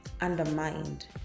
undermined